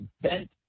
bent